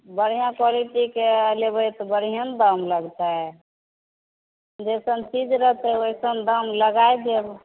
बढ़िआँ क्वैलिटीके लेबै तऽ बढ़िए ने दाम हेतै जइसन चीज रहतै ओइसन दाम लगाए देब